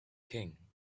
king